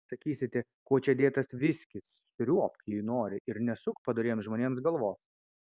sakysite kuo čia dėtas viskis sriuobk jei nori ir nesuk padoriems žmonėms galvos